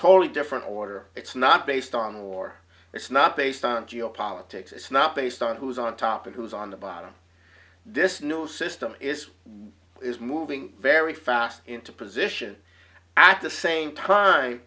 entirely different order it's not based on war it's not based on geopolitics it's not based on who is on top and who's on the bottom this no system is is moving very fast into position at the same time